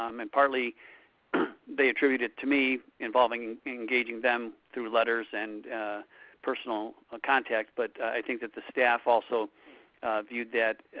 um and partly they attribute it to me engaging them through letters, and personal ah contact, but i think that the staff also viewed that,